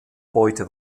beute